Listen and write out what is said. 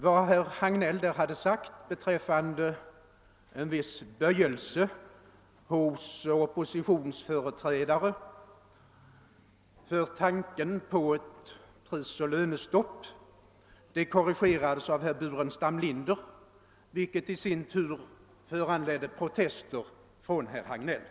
Herr Hagnell gjorde där ett påstående beträffande en viss böjelse hos oppositionsföreträdare för tanken på ett prisoch lönestopp. Detta korrigerades av herr Burenstam Linder vilket i sin tur föranledde protester från herr Hagnell.